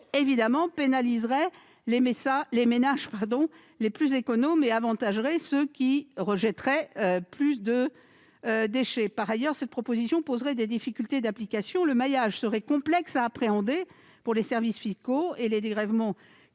évidemment les ménages les plus économes et avantagerait ceux qui rejettent davantage de déchets. Par ailleurs, cette proposition poserait des difficultés d'application : le maillage serait complexe à appréhender pour les services fiscaux et les dégrèvements